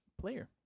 player